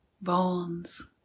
Bones